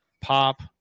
pop